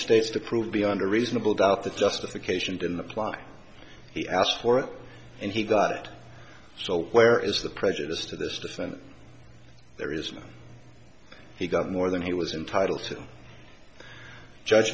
states to prove beyond a reasonable doubt that justification didn't apply he asked for and he got it so where is the prejudice to this than there is he got more than he was entitle to judge